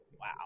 wow